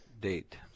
date